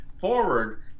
forward